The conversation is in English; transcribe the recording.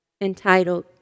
Entitled